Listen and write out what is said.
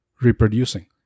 reproducing